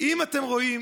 אם אתם רואים